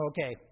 Okay